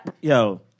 yo